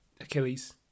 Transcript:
...Achilles